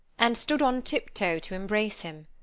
and stood on tiptoe to embrace him.